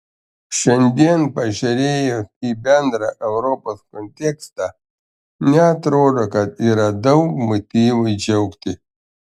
šiandien pažiūrėjus į bendrą europos kontekstą neatrodo kad yra daug motyvų džiaugtis